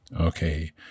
Okay